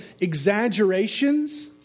exaggerations